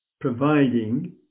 providing